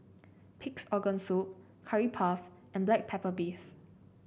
Pig's Organ Soup Curry Puff and Black Pepper Beef